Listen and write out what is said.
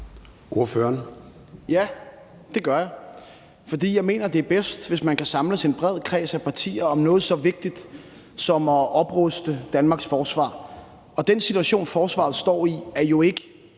Ja, det gør jeg, for jeg mener, det er bedst, hvis man kan samles i en bred kreds af partier om noget så vigtigt som at opruste Danmarks forsvar. Og den situation, forsvaret står i, er jo ikke